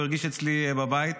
הוא הרגיש אצלי בבית.